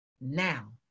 Now